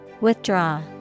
Withdraw